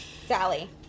Sally